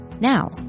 Now